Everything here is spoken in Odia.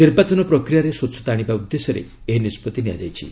ନିର୍ବାଚନ ପ୍ରକ୍ରିୟାରେ ସ୍ୱଚ୍ଛତା ଆଣିବା ଉଦ୍ଦେଶ୍ୟରେ ଏହି ନିଷ୍ପଭି ନିଆଯାଇଛି